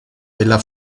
della